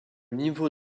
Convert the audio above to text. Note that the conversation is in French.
niveau